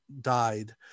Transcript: died